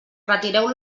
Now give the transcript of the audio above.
retireu